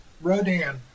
Rodan